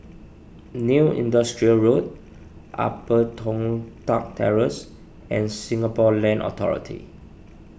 New Industrial Road Upper Toh Tuck Terrace and Singapore Land Authority